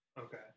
Okay